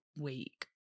week